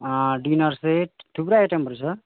dinner set थुप्रै आइटमहरू छ